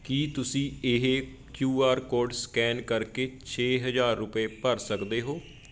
ਕੀ ਤੁਸੀਂਂ ਇਹ Q R code scan ਕਰਕੇ ਛੇ ਹਜ਼ਾਰ ਰੁਪਏ ਭਰ ਸਕਦੇ ਹੋ